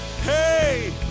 Hey